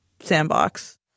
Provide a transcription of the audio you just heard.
Sandbox